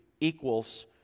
equals